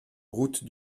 route